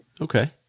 Okay